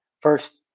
first